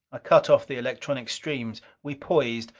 cut off the electronic streams. we poised,